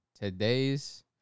today's